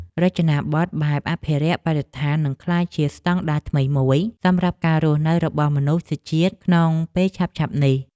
រចនាប័ទ្មបែបអភិរក្សបរិស្ថាននឹងក្លាយជាស្តង់ដារថ្មីមួយសម្រាប់ការរស់នៅរបស់មនុស្សជាតិក្នុងពេលឆាប់ៗនេះ។